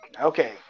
Okay